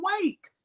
awake